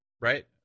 right